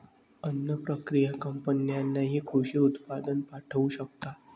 अन्न प्रक्रिया कंपन्यांनाही कृषी उत्पादन पाठवू शकतात